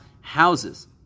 houses